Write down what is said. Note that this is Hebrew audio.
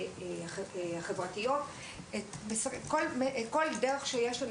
ברשתות החברתיות ובכל דרך שיש לנו